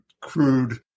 crude